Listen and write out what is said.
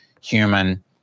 human